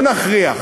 לא נכריח: